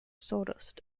sawdust